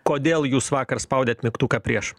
kodėl jūs vakar spaudėt mygtuką prieš